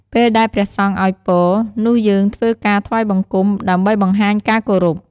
ពេលដែលព្រះសង្ឃអោយពរ នោះយើងធ្វើការថ្វាយបង្គំ ដើម្បីបង្ហាញការគោរព។